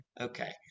okay